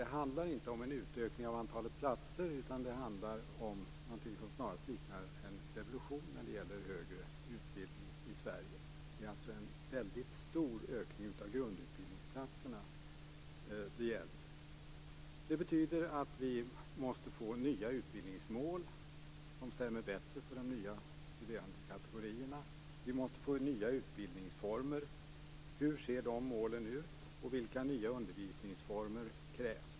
Det handlar inte om en utökning av antalet platser, utan det handlar om någonting som snarast liknar en revolution när det gäller högre utbildning i Sverige. Det gäller alltså en väldigt stor ökning av antalet grundutbildningsplatser. Det betyder att vi måste få nya utbildningsmål som stämmer bättre för de nya studerandekategorierna. Vi måste få nya utbildningsformer. Hur ser de målen ut? Vilka nya undervisningsformer krävs?